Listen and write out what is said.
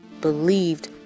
believed